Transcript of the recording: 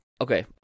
okay